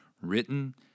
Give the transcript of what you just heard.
written